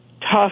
tough